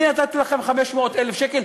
אני נתתי לכם 500,000 שקל,